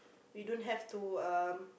we don't have to um